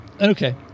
okay